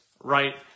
right